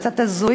אבל זה קצת הזוי,